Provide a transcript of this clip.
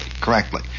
correctly